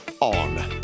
on